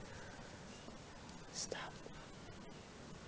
stop